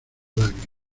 lágrimas